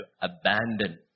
abandon